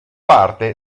parte